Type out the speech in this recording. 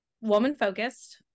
woman-focused